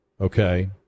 okay